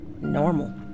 normal